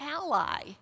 ally